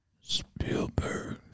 spielberg